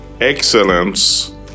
Excellence